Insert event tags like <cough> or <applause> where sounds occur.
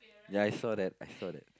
<noise> ya I saw that I saw that